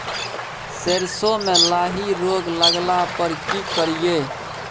सरसो मे लाही रोग लगला पर की करिये?